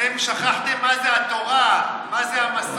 אתם שכחתם מה זה התורה, מה זה המסורת.